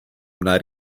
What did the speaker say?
una